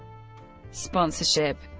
sponsorship